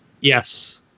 Yes